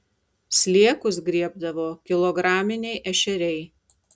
sliekus griebdavo kilograminiai ešeriai